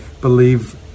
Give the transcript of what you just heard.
believe